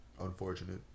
Unfortunate